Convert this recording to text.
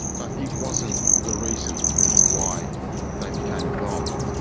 but it wasn't the reason why they became involved.